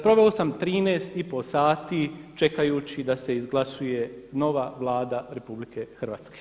Proveo sam 13,5 sati čekajući da se izglasuje nova Vlada RH.